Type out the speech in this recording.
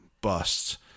busts